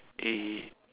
eh